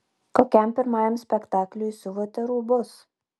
kokiam pirmajam spektakliui siuvote rūbus